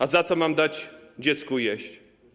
A za co mam dać dziecku jeść?